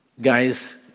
guys